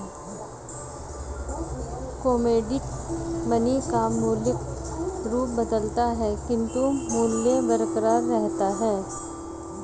commodity money का भौतिक रूप बदलता है किंतु मूल्य बरकरार रहता है